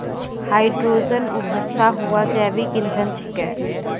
hydrogen उभरता हुआ जैविक इंधन छिकै